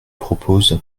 propose